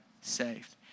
saved